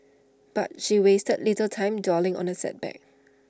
but she wasted little time dwelling on the setback